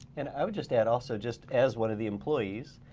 and i would just add also, just as one of the employees,